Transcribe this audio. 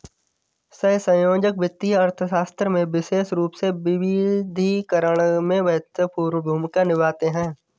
सहसंयोजक वित्तीय अर्थशास्त्र में विशेष रूप से विविधीकरण में महत्वपूर्ण भूमिका निभाते हैं